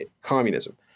communism